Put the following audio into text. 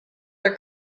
are